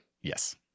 Yes